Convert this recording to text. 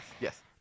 yes